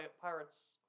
Pirates